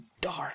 dark